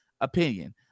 opinion